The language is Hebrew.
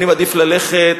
אני מעדיף ללכת